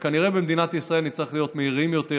וכנראה במדינת ישראל נצטרך להיות מהירים יותר,